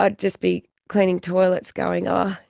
ah just be cleaning toilets going, oh,